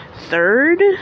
Third